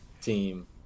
team